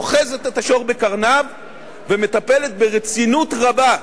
אוחזת את השור בקרניו ומטפלת ברצינות רבה,